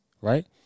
Right